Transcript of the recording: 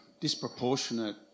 disproportionate